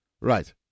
Right